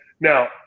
Now